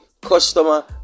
customer